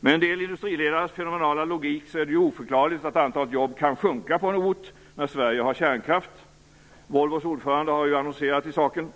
Med en del industriledares fenomenala logik är det ju oförklarligt att antalet jobb kan sjunka på en ort när Sverige har kärnkraft. Volvos ordförande har ju annonserat i saken.